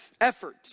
effort